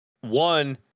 One